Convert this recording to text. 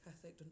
ethic